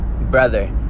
Brother